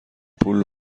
پول